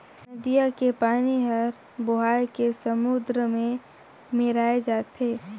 नदिया के पानी हर बोहाए के समुन्दर में मेराय जाथे